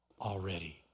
already